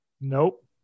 Nope